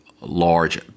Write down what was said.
large